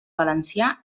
valencià